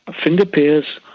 ah finger piers,